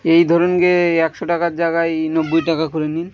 এই ধরুন গে একশো টাকার জাগায় নব্বই টাকা করেলে নিন